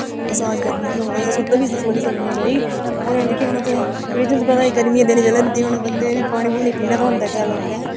massage करनी होऐ अस ओहदा बी बिजनस खोली सकने ओहदा केह् होना तुसें गी पता गर्मियैं दे दिन होंदे बंदे पानी पोनी पीना पौंदा होंदा लोकें